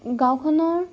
গাঁওখনৰ